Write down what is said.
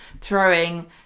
throwing